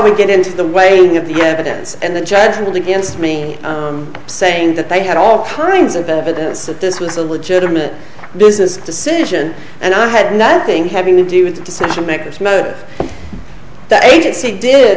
we get into the waiting of the evidence and the judge ruled against me saying that they had all kinds of evidence that this was a legitimate business decision and i had nothing having to do with the decision makers most of that agency did